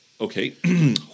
Okay